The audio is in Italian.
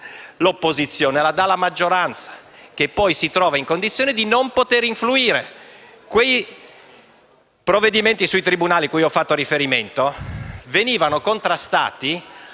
dall'opposizione, ma dalla maggioranza, che poi si trova nella condizione di non poter influire. Quei provvedimenti sui tribunali a cui ho fatto riferimento venivano contrastati